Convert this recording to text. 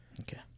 Okay